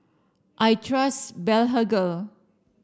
I trust Blephagel